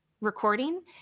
recording